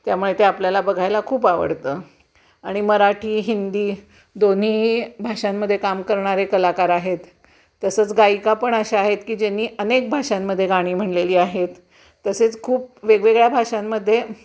त्यामुळे ते आपल्याला बघायला खूप आवडतं आणि मराठी हिंदी दोन्ही भाषांमध्ये काम करणारे कलाकार आहेत तसंच गायिका पण अशा आहेत की ज्यांनी अनेक भाषांमध्ये गाणी म्हणलेली आहेत तसेच खूप वेगवेगळ्या भाषांमध्ये